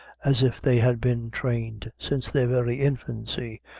as if they had been trained, since their very infancy,